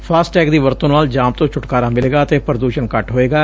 FASTag ਦੀ ਵਰਤੋਂ ਨਾਲ ਜਾਮ ਤੋਂ ਛੁਟਕਾਰਾ ਮਿਲੇਗਾ ਅਤੇ ਪ੍ਦੂਸ਼ਣ ਘੱਟ ਹੋਵੇਗਾ